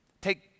Take